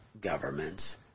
governments